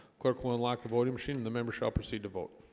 clerk will unlock the voting machine, and the member shall proceed to vote